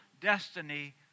destiny